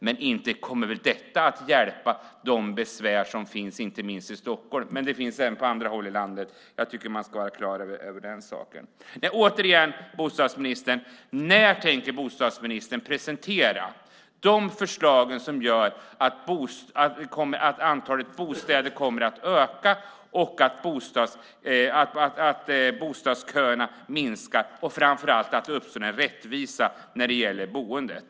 Men inte kommer väl detta att hjälpa till att lösa de besvär som finns i Stockholm men även på andra håll i landet? Vi bör vara klara över den saken. När tänker bostadsministern presentera de förslag som gör att antalet bostäder kommer att öka, att bostadsköerna minskar och framför allt att det uppstår en rättvisa när det gäller boendet?